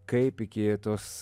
kaip iki tos